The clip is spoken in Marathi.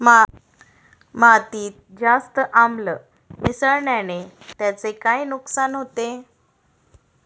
मातीत जास्त आम्ल मिसळण्याने त्याचे काय नुकसान होते?